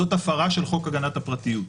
זאת הפרה של חוק הגנת הפרטיות.